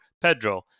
Pedro